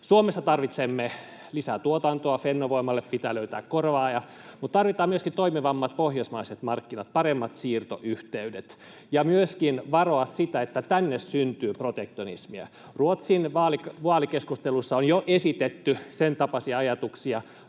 Suomessa tarvitsemme lisää tuotantoa, ja Fennovoimalle pitää löytää korvaaja, mutta tarvitaan myöskin toimivammat pohjoismaiset markkinat, paremmat siirtoyhteydet, ja pitää myöskin varoa, ettei tänne synny protektionismia. Ruotsin vaalikeskusteluissa on jo esitetty sen tapaisia ajatuksia.